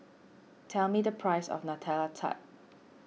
tell me the price of Nutella Tart